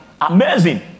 Amazing